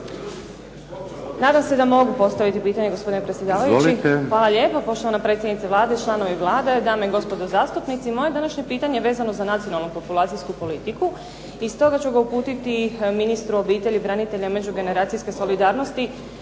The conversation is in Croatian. Vladimir (HDZ)** Izvolite. **Podrug, Željana (HDZ)** Hvala lijepo. Poštovana predsjednice Vlade, članovi Vlade, dame i gospodo zastupnici. Moje današnje pitanje je vezano za nacionalnu populacijsku politiku i stoga ću ga uputiti ministru obitelji, branitelja i međugeneracijske solidarnosti